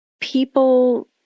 people